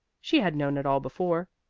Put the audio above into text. she had known it all before.